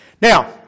Now